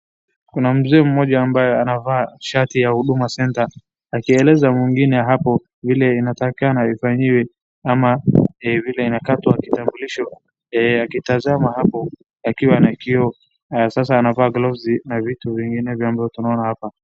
Kuna mzee mmoja ambaye anavaa shati ya huduma center akieleza mwingine hapo vile inatakikana ifanyiwe ama vile inakatwa kitambulisho akitazama hapo akiwa na kioo sasa anavaa glovsi na vitu vinginevyo tunavyo ona hapa.